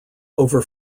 over